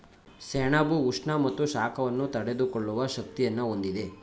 ಸೆಣಬು ಉಷ್ಣ ಮತ್ತು ಶಾಖವನ್ನು ತಡೆದುಕೊಳ್ಳುವ ಶಕ್ತಿಯನ್ನು ಹೊಂದಿದೆ